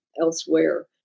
elsewhere